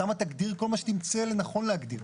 התמ"א תגדיר כל מה שתמצא לנכון להגדיר,